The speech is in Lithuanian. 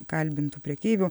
kalbintų prekeivių